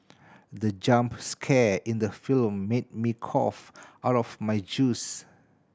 the jump scare in the film made me cough out my juice